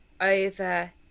over